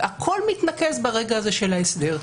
הכול מתנקז ברגע הזה של ההסדר,